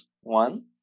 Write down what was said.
one